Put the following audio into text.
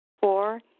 Four